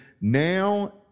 now